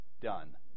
done